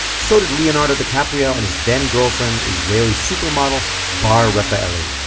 so did leonardo dicaprio and his then-girlfriend israeli supermodel bar rafaeli